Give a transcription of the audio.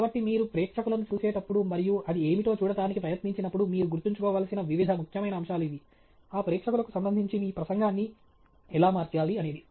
కాబట్టి మీరు ప్రేక్షకులను చూసేటప్పుడు మరియు అది ఏమిటో చూడటానికి ప్రయత్నించినప్పుడు మీరు గుర్తుంచుకోవలసిన వివిధ ముఖ్యమైన అంశాలు ఇవి ఆ ప్రేక్షకులకు సంబంధించి మీ ప్రసంగాన్ని ఎలా మార్చాలి అనేది